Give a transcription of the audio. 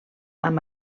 amb